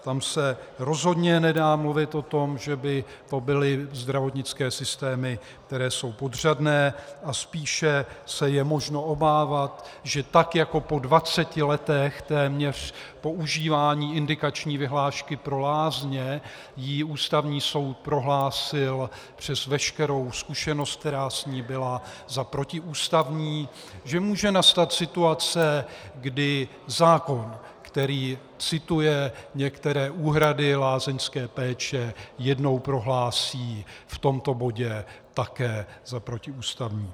Tam se rozhodně nedá mluvit o tom, že by to byly zdravotnické systémy, které jsou podřadné, a spíše se je možno obávat, že tak jako po téměř dvaceti letech používání indikační vyhlášky pro lázně ji Ústavní soud prohlásil přes veškerou zkušenost, která s ní byla, za protiústavní, může nastat situace, kdy zákon, který cituje některé úhrady lázeňské péče, jednou prohlásí v tomto bodě také za protiústavní.